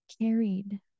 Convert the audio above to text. carried